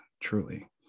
truly